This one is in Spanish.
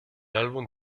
álbum